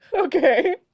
Okay